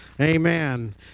Amen